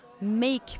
make